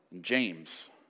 James